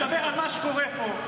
אני מדבר על מה שקורה פה,